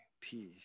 peace